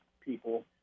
people